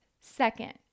Second